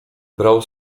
brał